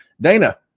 Dana